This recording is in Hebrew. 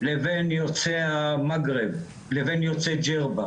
לבין יוצאי המגרב, לבין יוצאי ג'רבה,